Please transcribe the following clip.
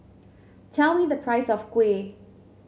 tell me the price of kuih